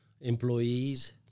employees